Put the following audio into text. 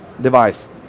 device